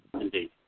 Indeed